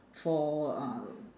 for um